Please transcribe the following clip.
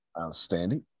Outstanding